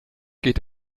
geht